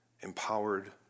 empowered